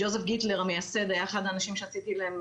ג'וזף גיטלר, המייסד, היה אחד האנשים שעשיתי עליהם